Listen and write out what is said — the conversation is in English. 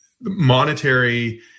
monetary